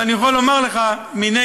אבל אני יכול לומר לך מנגד,